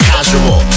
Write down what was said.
Casual